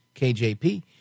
KJP